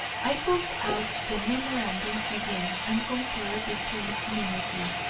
i pulled out the memorandum again and compared the two minutely.